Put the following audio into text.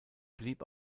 blieb